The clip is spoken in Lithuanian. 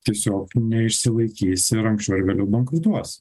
tiesiog neišsilaikys ir anksčiau ar vėliau bankrutuos